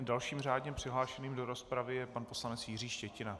Dalším řádně přihlášeným do rozpravy je pan poslanec Jiří Štětina.